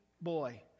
boy